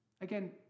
again